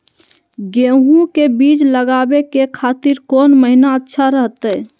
गेहूं के बीज लगावे के खातिर कौन महीना अच्छा रहतय?